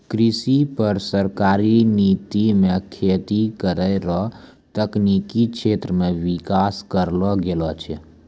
कृषि पर सरकारी नीति मे खेती करै रो तकनिकी क्षेत्र मे विकास करलो गेलो छै